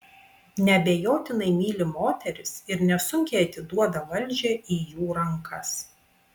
neabejotinai myli moteris ir nesunkiai atiduoda valdžią į jų rankas